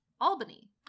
Albany